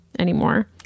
Anymore